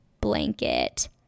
blanket